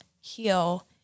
heal